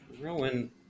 Rowan